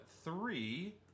three